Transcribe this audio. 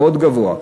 מאוד גבוה.